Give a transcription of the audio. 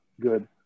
good